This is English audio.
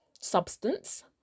substance